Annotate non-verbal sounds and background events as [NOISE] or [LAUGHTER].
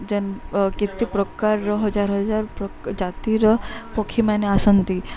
ଯେନ୍ କେତେ ପ୍ରକାରର ହଜାର ହଜାର [UNINTELLIGIBLE] ଜାତିର ପକ୍ଷୀମାନେ ଆସନ୍ତି